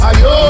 Ayo